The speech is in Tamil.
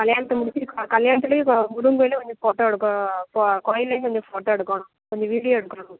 கல்யாணத்தை முடிச்சுட்டு ஆ கல்யாணத்துலேயும் கொ முருகன் கோயிலில் கொஞ்சம் ஃபோட்டோ எடுக்கணும் கோ கோயில்லையும் கொஞ்சம் ஃபோட்டோ எடுக்கணும் கொஞ்சம் வீடியோ எடுக்கணும்